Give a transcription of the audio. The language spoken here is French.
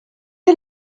est